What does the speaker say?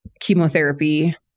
chemotherapy